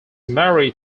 married